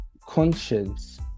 conscience